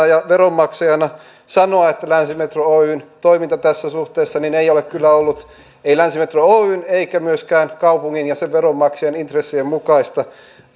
ja veronmaksajana sanoa että länsimetro oyn toiminta tässä suhteessa ei kyllä ollut länsimetro oyn eikä myöskään kaupungin ja sen veronmaksajien intressien mukaista